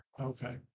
Okay